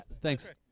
thanks